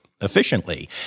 efficiently